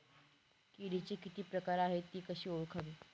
किडीचे किती प्रकार आहेत? ति कशी ओळखावी?